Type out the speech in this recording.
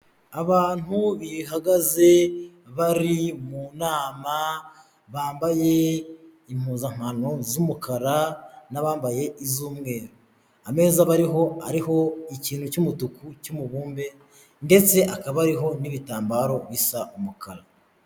Abantu bihagaze bari mu nama bambaye impuzankano z'umukara n'abambaye iz'umweru, ameza bariho ariho ikintu cy'umutuku cy'umubumbe ndetse akaba ariho n'ibitambaro bisa umukara.